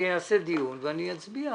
אני אעשה דיון ואני אצביע